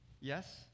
yes